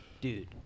dude